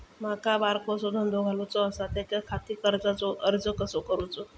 माका बारकोसो धंदो घालुचो आसा त्याच्याखाती कर्जाचो अर्ज कसो करूचो?